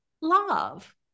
love